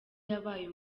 yabaye